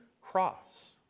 cross